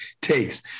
takes